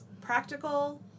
practical